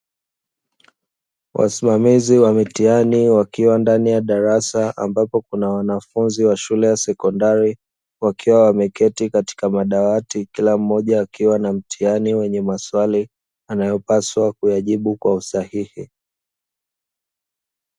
Wasimamizi wa mitihani wakiwa ndani ya darasa ambapo kuna wanafunzi wa shule ya sekondari, wakiwa wameketi katika madawati kila mmoja akiwa na mtihani wenye maswali, anayopaswa kuyajibu kwa usahihi.